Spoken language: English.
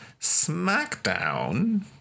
Smackdown